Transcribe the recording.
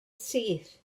syth